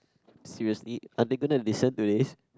seriously are they gonna listen to this